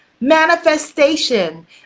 Manifestation